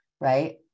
right